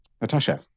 Natasha